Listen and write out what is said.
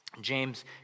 James